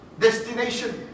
destination